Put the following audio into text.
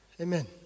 Amen